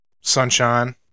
sunshine